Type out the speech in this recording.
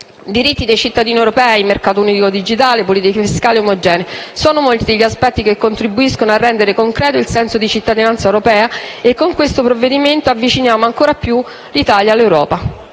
diritti dei cittadini europei, mercato unico digitale e politiche fiscali omogenee: sono molti gli aspetti che contribuiscono a rendere concreto il senso di cittadinanza europea e con il provvedimento in esame avviciniamo ancora di più l'Italia all'Europa.